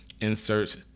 inserts